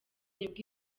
nibwo